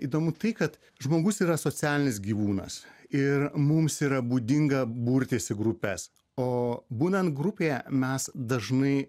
įdomu tai kad žmogus yra socialinis gyvūnas ir mums yra būdinga burtis į grupes o būnant grupėje mes dažnai